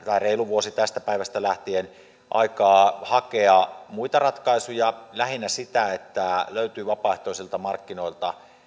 vähän reilu vuosi tästä päivästä lähtien aikaa hakea muita ratkaisuja lähinnä sitä että löytyy vapaaehtoisilta markkinoilta